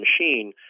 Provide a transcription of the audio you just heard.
machine